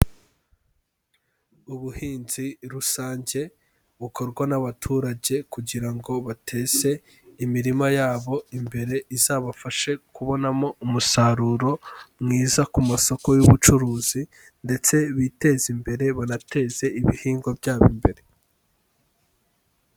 Ubuhinzi rusange bukorwa n'abaturage kugira ngo bateze imirima yabo imbere, izabafashe kubonamo umusaruro mwiza ku masoko y'ubucuruzi ndetse biteze imbere banateze ibihingwa byabo imbere.